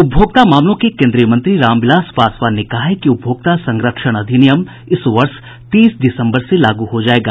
उपभोक्ता मामलों के केन्द्रीय मंत्री रामविलास पासवान ने कहा है कि उपभोक्ता संरक्षण अधिनियम इस वर्ष तीस दिसम्बर से लागू हो जाएगा